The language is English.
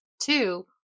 Two